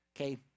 okay